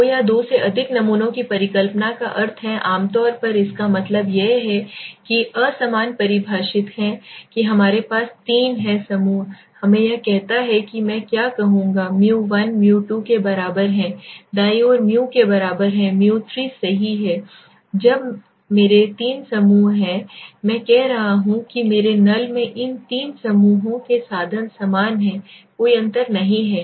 दो या दो से अधिक नमूनों की परिकल्पना का अर्थ है आमतौर पर इसका मतलब यह है कि असमान परिभाषित है कि हमारे पास तीन हैं समूह हमें यह कहता है कि मैं क्या कहूँगा mu 1 mu 2 के बराबर है दाईं ओर μ के बराबर है mu 3 सही है जब मेरे तीन समूह हैं मैं कह रहा हूँ कि मेरे नल में इन तीनों समूहों के साधन समान हैं कोई अंतर नहीं है